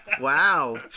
Wow